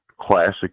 classic